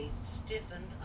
stiffened